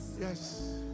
Yes